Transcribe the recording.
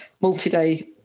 multi-day